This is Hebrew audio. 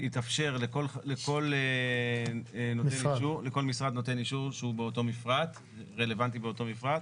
יתאפשר לכל משרד נותן אישור שהוא רלוונטי באותו מפרט,